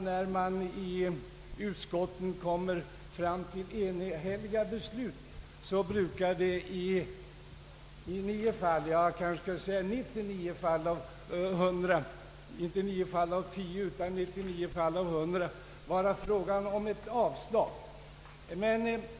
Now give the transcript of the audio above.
När man i utskotten kommer fram till enhälliga beslut brukar det ju i 99 fall av 100 vara fråga om ett avslag på motioner.